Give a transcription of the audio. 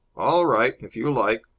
all right. if you like.